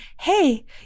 hey